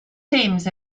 teams